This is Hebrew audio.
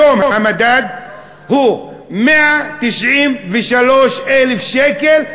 היום המדד הוא 193,000 שקל,